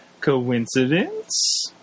Coincidence